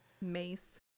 Mace